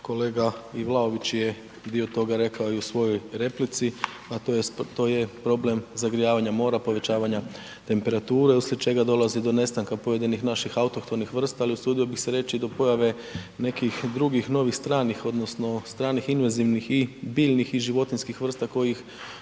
kolega i Vlaović je dio toga rekao i u svoj replici, a to je problem zagrijavanja mora, povećavanja temperature uslijed čega dolazi do nestanka pojedinih naših autohtonih vrsta, ali usudio bih se reći i do pojave nekih drugih novih stranih odnosno stranih invanzivnih biljnih i životinjskih vrsta kojih